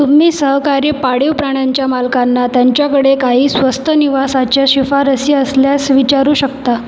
तुम्ही सहकारी पाळीव प्राण्यांच्या मालकांना त्यांच्याकडे काही स्वस्त निवासाच्या शिफारसी असल्यास विचारू शकता